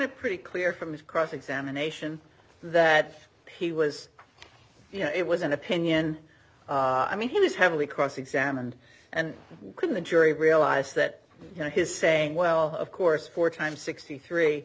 it pretty clear from his cross examination that he was it was an opinion i mean he was heavily cross examined and couldn't the jury realize that you know his saying well of course four times sixty three